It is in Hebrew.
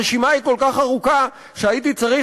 הרשימה היא כל כך ארוכה שהייתי צריך,